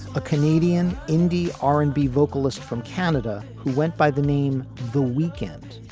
a canadian indie r and b vocalist from canada who went by the name the weekend,